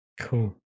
Cool